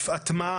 הטמעה,